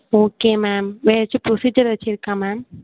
okay ma'am வேறு ஏதாச்சும் procedure ஏதாச்சும் இருக்கா மேம்